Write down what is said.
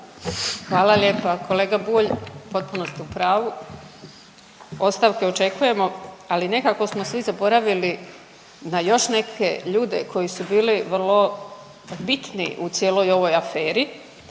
Hvala lijepa. Kolega Bulj, potpuno ste u pravu. Ostavke očekujemo, ali nekako smo svi zaboravili na još neke ljude koji su bili vrlo bitni u cijeloj ovoj aferi.